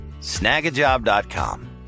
snagajob.com